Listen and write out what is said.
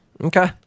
Okay